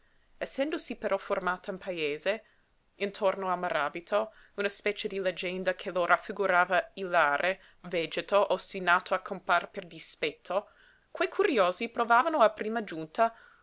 essendosi però formata in paese intorno al maràbito una specie di leggenda che lo raffigurava ilare vegeto ostinato a campar per dispetto quei curiosi provavano a prima giunta